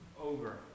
over